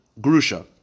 grusha